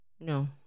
no